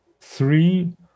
three